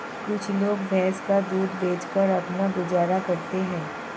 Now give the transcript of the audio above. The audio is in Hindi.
कुछ लोग भैंस का दूध बेचकर अपना गुजारा करते हैं